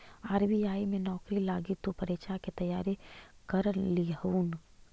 RBI में नौकरी लागी तु परीक्षा के तैयारी कर लियहून